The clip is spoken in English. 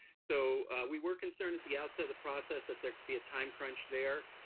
so we were concerned at the outset of the process that there could be a time crunch there.